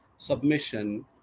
submission